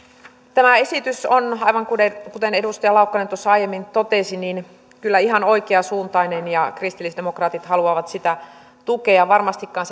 tämä esitys on aivan kuten kuten edustaja laukkanen aiemmin totesi kyllä ihan oikeansuuntainen ja kristillisdemokraatit haluavat sitä tukea varmastikaan